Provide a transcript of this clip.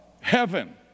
heaven